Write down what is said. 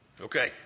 Okay